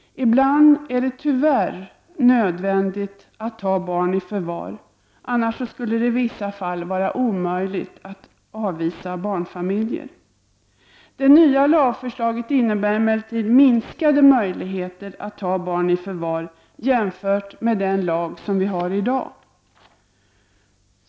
Ibland är det tyvärr nödvändigt att man tar barn i förvar, annars skulle det i vissa fall vara omöjligt att avvisa barnfamiljer. Det nya lagförslaget innebär emellertid minskade möjligheter att ta barn i förvar jämfört med den lag som vi har i dag.